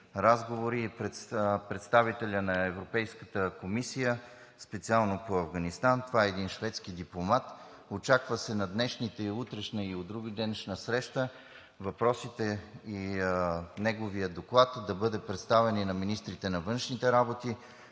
разговори представителят на Европейската комисия специално по Афганистан – това е един шведски дипломат. Очаква се на днешната, утрешната и вдругиден среща въпросите и неговият доклад да бъде представен на министрите на външните работи.